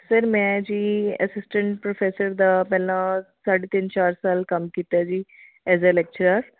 sir ਮੈਂ ਜੀ assistant professor ਦਾ ਪਹਿਲਾਂ ਸਾਢੇ ਤਿੰਨ ਚਾਰ ਸਾਲ ਕੰਮ ਕੀਤਾ ਜੀ ਐਜ਼ ਆ ਲੈਕਚਰਾਰ